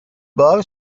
بار